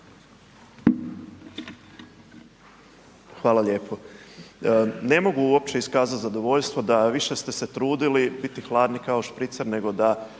Hvala lijepo. Ne mogu uopće iskazat zadovoljstvo da više ste se trudili biti hladni kao špricer, nego da